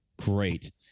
great